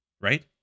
Right